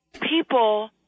people